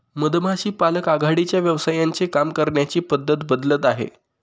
मधमाशी पालक आघाडीच्या व्यवसायांचे काम करण्याची पद्धत बदलत आहे